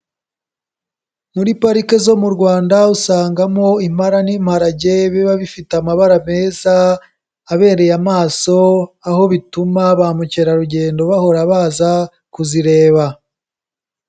Muri parike zo mu Rwanda usangamo impala n'imparage biba bifite amabara meza abereye amaso, aho bituma ba mukerarugendo bahora baza kuzireba.